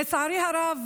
לצערי הרב,